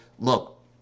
Look